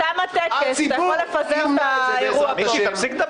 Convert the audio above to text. הציבור ימנע את זה בעזרת השם.